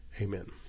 Amen